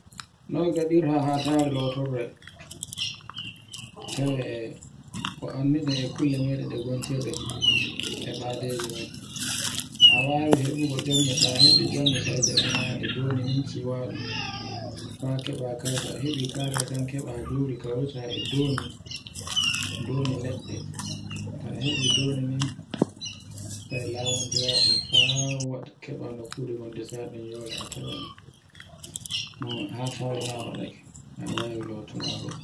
Noy gaɗirta hatare lotorde. Tawe e ko annduɗen e kulla meɗen ɗe gontirɗe e badeji men, a wawi heɓugo embe, ta heɓi embe sai jaɓinaɗe dowini nin ciwane fa keɓa kauta. Ta heɓi kada kan keɓa juri kaurita e dondi. Donni leɗɗe. Ta heɓi donni nin, sai lawuntira ɗun fa woɗa, keɓa nokkuren den desa nde yora, a tawan ume hatarema waɗake ta wawi lotorago.